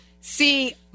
See